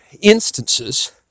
instances